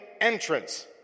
entrance